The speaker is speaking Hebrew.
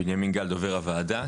בנימין גד דובר הוועדה,